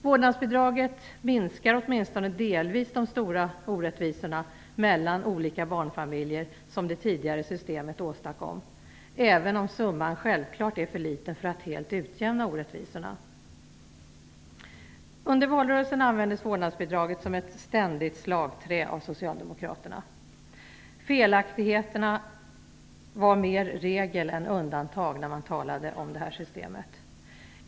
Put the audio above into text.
Vårdnadsbidraget minskar åtminstone delvis de stora orättvisor mellan olika barnfamiljer som det tidigare systemet åstadkom, även om summan självfallet är för liten för att helt utjämna orättvisorna. Under valrörelsen användes vårdnadsbidraget ständigt som ett slagträ av Socialdemokraterna. Felaktigheterna var mer regel än undantag när man talade om det här systemet.